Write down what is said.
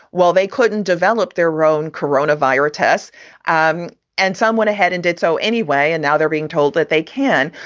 well, they couldn't develop their rhone corona virus tests um and some went ahead and did so anyway. and now they're being told that they can.